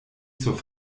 zur